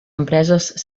empreses